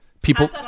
People